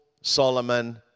Solomon